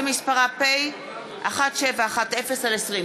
שמספרה פ/1710/20.